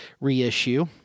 reissue